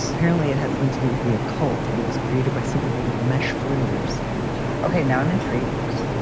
apparently it has nothing to do with the occult. and it was created by someone named meche flinders okay. now i'm intrigued.